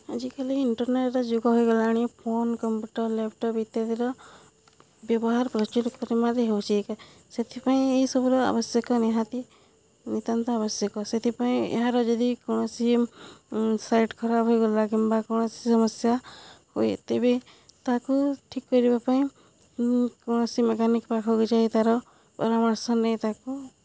ଆଜିକାଲି ଇଣ୍ଟର୍ନେଟ୍ର ଯୁଗ ହୋଇଗଲାଣି ଫୋନ୍ କମ୍ପ୍ୟୁଟର୍ ଲ୍ୟାପ୍ଟପ୍ ଇତ୍ୟାଦିର ବ୍ୟବହାର ପ୍ରଚୁର ପରିମାଣରେ ହେଉଛି ସେଥିପାଇଁ ଏହି ସବୁର ଆବଶ୍ୟକ ନିହାତି ନିତାନ୍ତ ଆବଶ୍ୟକ ସେଥିପାଇଁ ଏହାର ଯଦି କୌଣସି ସାଇଟ୍ ଖରାପ ହୋଇଗଲା କିମ୍ବା କୌଣସି ସମସ୍ୟା ହୁଏ ତେବେ ତାକୁ ଠିକ୍ କରିବା ପାଇଁ କୌଣସି ମେକାନିକ୍ ପାଖକୁ ଯାଇ ତା'ର ପରାମର୍ଶ ନେଇ ତାକୁ